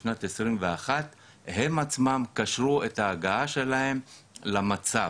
בשנת 2021 הם עצמם קשרו את ההגעה שלהם למצב.